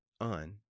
on